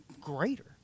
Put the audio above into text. greater